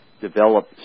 develop